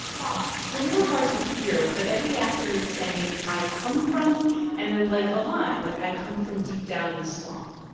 ah it's a little hard to hear. but every actor is saying, i come from and then like a line like i come from deep down in the swamp